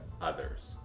others